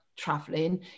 traveling